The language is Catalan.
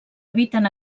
habiten